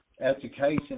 education